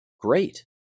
great